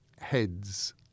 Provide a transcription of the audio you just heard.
heads